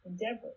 endeavor